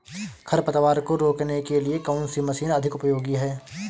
खरपतवार को रोकने के लिए कौन सी मशीन अधिक उपयोगी है?